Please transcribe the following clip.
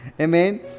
Amen